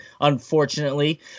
unfortunately